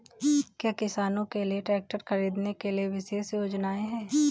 क्या किसानों के लिए ट्रैक्टर खरीदने के लिए विशेष योजनाएं हैं?